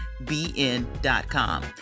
BN.com